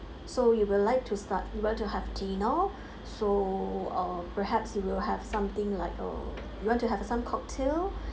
so you will like to start you want to have dinner so uh perhaps you will have something like uh you want to have some cocktail